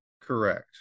correct